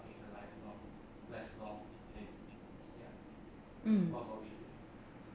mm